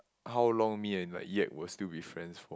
how long me and like yet will still be friends for